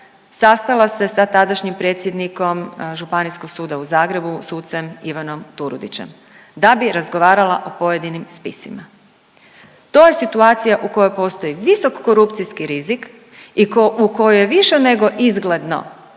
sastala se sa tadašnjim predsjednikom Županijskog suda u Zagrebu sucem Ivanom Turudićem da bi razgovarala o pojedinim spisima. To je situacija u kojoj postoji visok korupcijski rizik i u kojoj je više nego izgledno